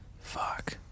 Fuck